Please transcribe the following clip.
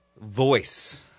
voice